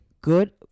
good